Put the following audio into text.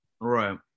Right